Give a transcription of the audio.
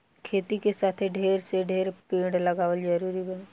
खेती के साथे ढेर से ढेर पेड़ लगावल जरूरी बा